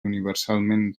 universalment